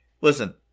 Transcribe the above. Listen